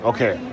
Okay